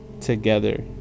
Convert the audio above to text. together